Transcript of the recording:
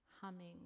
humming